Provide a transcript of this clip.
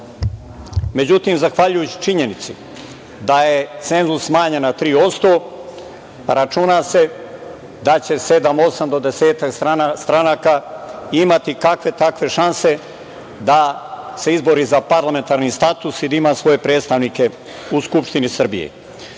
budžeta.Međutim, zahvaljujući činjenici da je cenzus smanjen na 3% računa se da će sedam, osam do desetak stranaka imati kakve-takve šanse da se izbori za parlamentarni status jer ima svoje predstavnike u Skupštini Srbije. Sledeći